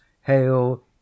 hail